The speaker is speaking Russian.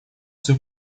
свою